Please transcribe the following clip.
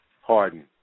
Harden